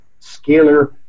scalar